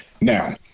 Now